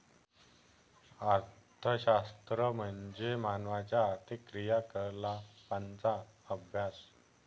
अर्थशास्त्र म्हणजे मानवाच्या आर्थिक क्रियाकलापांचा अभ्यास